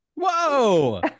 Whoa